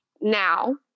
now